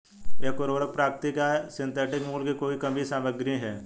एक उर्वरक प्राकृतिक या सिंथेटिक मूल की कोई भी सामग्री है